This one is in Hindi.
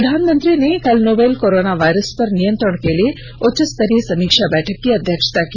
प्रधानमंत्री ने कल नोवल कोरोना वायरस पर नियंत्रण के लिए उच्चस्तरीय समीक्षा बैठक की अध्यक्षता की